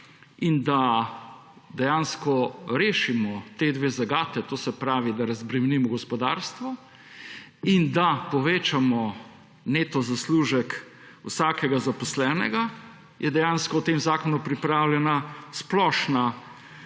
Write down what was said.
države. Da rešimo ti dve zagati, to se pravi, da razbremenimo gospodarstvo in da povečamo neto zaslužek vsakega zaposlenega, je v tem zakonu pripravljena splošna